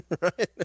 right